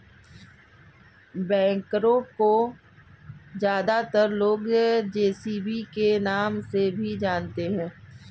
backhoe को ज्यादातर लोग जे.सी.बी के नाम से भी जानते हैं